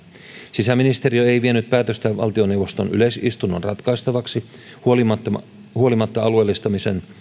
sisäministeriö ei vienyt päätöstä valtioneuvoston yleisistunnon ratkaistavaksi huolimatta huolimatta alueellistamisen